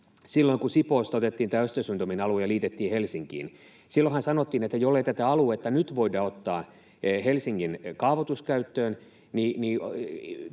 Vuonna 2007 Sipoosta otettiin tämä Östersundomin alue ja liitettiin Helsinkiin, ja silloinhan sanottiin, että jollei tätä aluetta nyt voida ottaa Helsingin kaavoituskäyttöön,